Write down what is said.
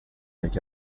avec